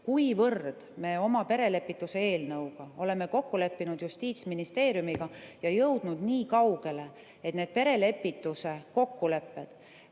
kuivõrd me oma perelepitusseaduse eelnõu puhul oleme kokku leppinud Justiitsministeeriumiga ja jõudnud niikaugele, et need perelepituse kokkulepped